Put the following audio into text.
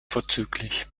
vorzüglich